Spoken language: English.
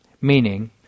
meaning